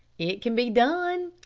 it can be done